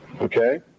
okay